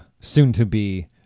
soon-to-be